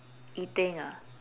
eating ah